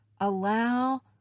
Allow